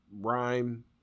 rhyme